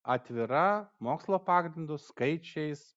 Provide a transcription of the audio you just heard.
atvira mokslo pagrindu skaičiais